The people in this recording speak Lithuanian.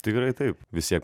tikrai taip vis tiek